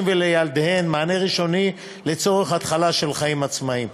ולילדיהן מענה ראשוני לצורך התחלה של חיים עצמאיים.